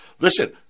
Listen